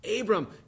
Abram